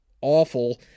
awful